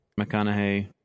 McConaughey